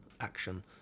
action